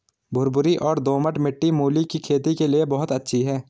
भुरभुरी और दोमट मिट्टी मूली की खेती के लिए बहुत अच्छी है